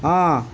ହଁ